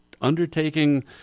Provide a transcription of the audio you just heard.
undertaking